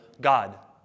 God